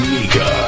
Mika